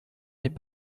n’est